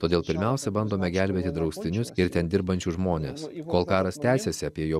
todėl pirmiausia bandome gelbėti draustinius ir ten dirbančius žmones kol karas tęsiasi apie jo